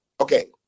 Okay